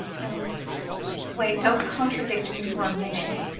no wait don't contradict me for a minute,